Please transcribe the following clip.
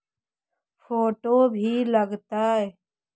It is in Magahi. फोटो भी लग तै?